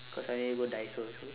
cause I want you go daiso also